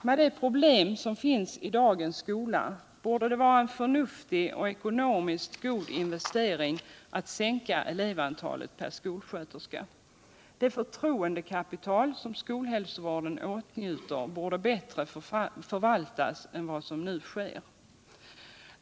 Med de problem som finns i dagens skola borde det vara en förnuftig och ckonomiskt god investering att sänka elevantalet per skolsköterska. Det förtroendekapital som skolhälsovården åtnjuter borde bättre förvaltas än som nu sker.